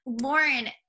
Lauren